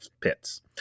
pits